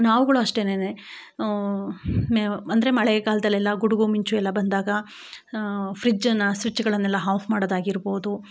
ನಾವುಗಳು ಅಷ್ಟೇಯೇನೆ ಮ ಅಂದರೆ ಮಳೆಗಾಲದಲೆಲ್ಲ ಗುಡುಗು ಮಿಂಚುಯೆಲ್ಲ ಬಂದಾಗ ಫ್ರಿಜ್ಜನ್ನು ಸ್ವಿಚ್ಗಳನೆಲ್ಲ ಹಾಫ್ ಮಾಡೋದಾಗಿರಬೋದು